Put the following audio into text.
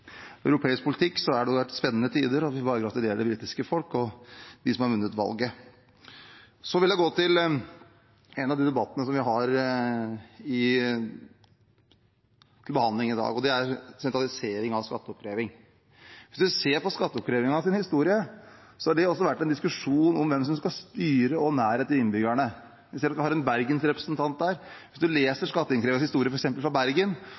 europeisk politikk, har det vært spennende tider, og det er bare å gratulere det britiske folk og dem som har vunnet valget. Så vil jeg gå til en av de sakene som vi har til behandling i dag, og det er sentralisering av skatteoppkreving. Hvis man ser på skatteoppkrevingens historie, har det vært en diskusjon om hvem som skal styre, og om nærhet til innbyggerne. Jeg ser at vi har en bergensrepresentant her. Hvis man leser skatteinnkrevingens historie f.eks. fra Bergen,